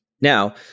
Now